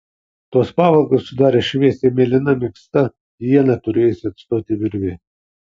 tuos pavalkus sudarė šviesiai mėlyna megzta ieną turėjusi atstoti virvė